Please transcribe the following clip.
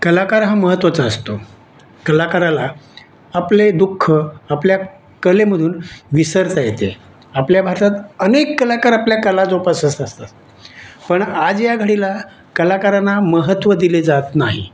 कलाकार हा महत्वाचा असतो कलाकाराला आपले दुःख आपल्या कलेमधून विसरता येते आपल्या भारतात अनेक कलाकार आपल्या कला जोपासत असतात पण आज या घडीला कलाकारांना महत्त्व दिले जात नाही